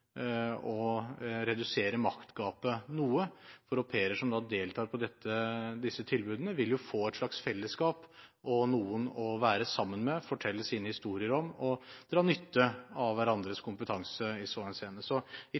redusere maktgapet noe, for au pairer som deltar på disse tilbudene, vil jo få et slags fellesskap, noen å være sammen med, fortelle sine historier til, og dra nytte av hverandres kompetanse i så henseende. Så i